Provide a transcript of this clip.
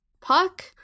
Puck